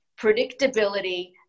predictability